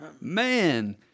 Man